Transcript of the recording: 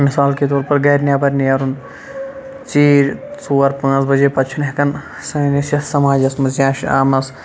مِثال کے طور پَر گَر نیٚبَر نیرُن ژیٖرۍ ژور پانٛژھ بجے پَتہٕ چھِنہٕ ہیٚکان سٲنِس یَتھ سَماجَس مَنٛز یا شامَس